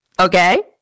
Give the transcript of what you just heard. Okay